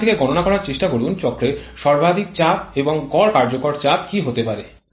সেখান থেকে গননা করার চেষ্টা করুন চক্রের সর্বাধিক চাপ এবং গড় কার্যকর চাপ কী হতে পারে